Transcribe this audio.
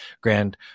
Grand